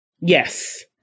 yes